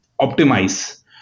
optimize